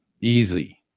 easy